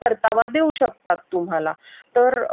परतावा देऊ शकतात तुम्हाला तर